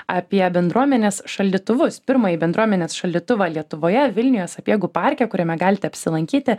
apie bendruomenės šaldytuvus pirmąjį bendruomenės šaldytuvą lietuvoje vilniuje sapiegų parke kuriame galite apsilankyti